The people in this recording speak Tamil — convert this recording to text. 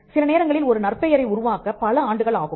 சில நேரங்களில் ஒரு நற் பெயரை உருவாக்கப் பல ஆண்டுகள் ஆகும்